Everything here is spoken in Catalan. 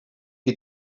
qui